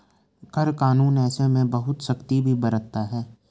कर कानून ऐसे में बहुत सख्ती भी बरतता है